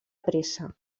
pressa